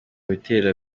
bitera